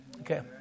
Okay